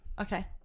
okay